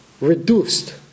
reduced